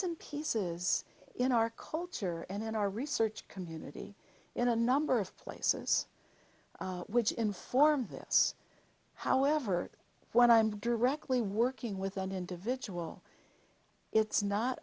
and pieces in our culture and in our research community in a number of places which inform this however when i'm directly working with an individual it's not